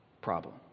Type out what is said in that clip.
problem